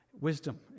Wisdom